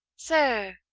sir,